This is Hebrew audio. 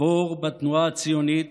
עבור בתנועה הציונית,